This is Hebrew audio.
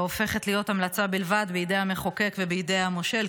הופכת להיות המלצה בלבד בידי המחוקק ובידי המושל,